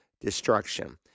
destruction